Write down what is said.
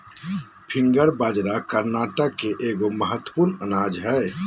finger बाजरा कर्नाटक के एगो महत्वपूर्ण अनाज हइ